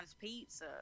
pizza